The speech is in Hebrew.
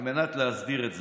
על מנת להסדיר את זה.